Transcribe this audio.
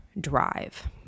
drive